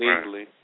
easily